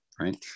right